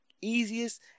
easiest